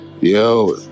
Yo